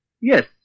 Yes